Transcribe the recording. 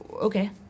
okay